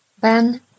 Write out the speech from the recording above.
Ben